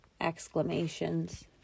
exclamations